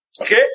Okay